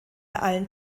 allen